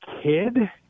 kid